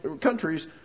countries